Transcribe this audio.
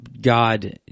God